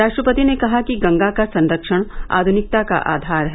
राष्ट्रपति ने कहा कि गंगा का संरक्षण आधुनिकता का आधार है